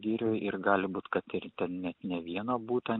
girioj ir gali būt kad ir ten net ne vieną butą